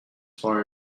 far